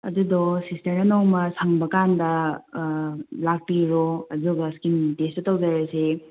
ꯑꯗꯨꯗꯣ ꯁꯤꯁꯇꯔꯅ ꯅꯣꯡꯃ ꯁꯪꯕ ꯀꯥꯟꯗ ꯑꯥ ꯂꯥꯛꯄꯤꯔꯣ ꯑꯗꯨꯒ ꯏꯁꯀꯤꯟ ꯇꯦꯁꯇꯨ ꯇꯧꯖꯔꯁꯦ